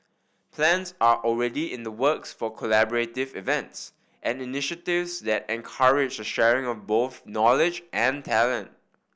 plans are already in the works for collaborative events and initiatives that encourage the sharing of both knowledge and talent